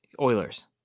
Oilers